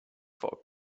for